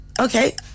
Okay